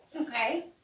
Okay